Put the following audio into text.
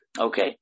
okay